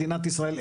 מדינת ישראל,